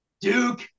Duke